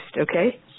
okay